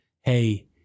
hey